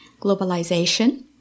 Globalization